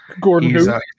Gordon